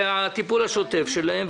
זה הטיפול השוטף שלהם.